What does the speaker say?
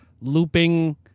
looping